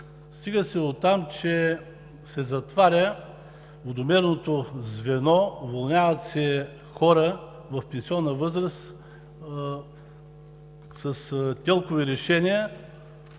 Стига се дотам, че се затваря водомерното звено, уволняват се хора в пенсионна възраст с ТЕЛК-ови решения